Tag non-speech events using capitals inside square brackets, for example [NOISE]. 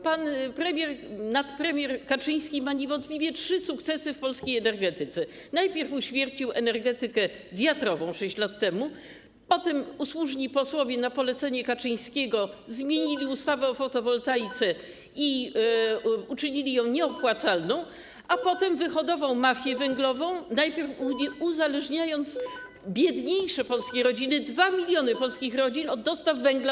Pan premier, nadpremier Kaczyński ma niewątpliwie trzy sukcesy w polskiej energetyce: najpierw uśmiercił energetykę wiatrową, 6 lat temu, potem usłużni posłowie na polecenie Kaczyńskiego [NOISE] zmienili ustawę o fotowoltaice i uczynili ją nieopłacalną, a potem wyhodował mafię węglową, wcześniej uzależniając biedniejsze polskie rodziny, 2 mln polskich rodzin, od dostaw węgla.